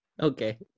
okay